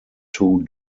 two